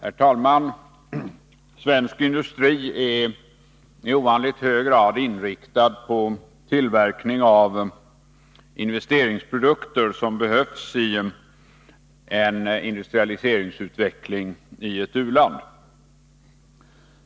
Herr talman! Svensk industri är i ovanligt hög grad inriktad på tillverkning av investeringsprodukter som behövs i en industrialiseringsutveckling i ett u-land.